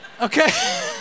Okay